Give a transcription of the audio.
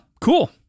cool